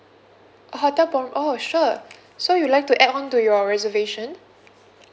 hotel ball~ oh sure so you like to add on to your reservation